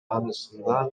арасында